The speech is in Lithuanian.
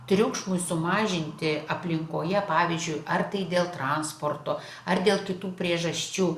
triukšmui sumažinti aplinkoje pavyzdžiui ar tai dėl transporto ar dėl kitų priežasčių